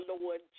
Lord